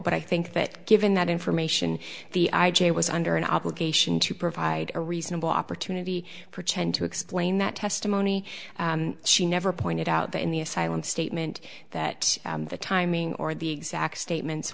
but i think that given that information the i j a was under an obligation to provide a reasonable opportunity for chen to explain that testimony she never pointed out that in the asylum statement that the timing or the exact statements